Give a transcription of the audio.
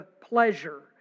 pleasure